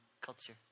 culture